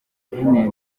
ihene